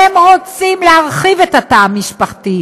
והם רוצים להרחיב את התא המשפחתי,